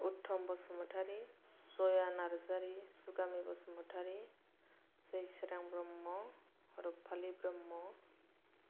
उत्तम बसुमातारि गया नार्जारि जुगामनि बसुमातारि जोयसोरां ब्रह्म रुपालि ब्रह्म